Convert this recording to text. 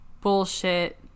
bullshit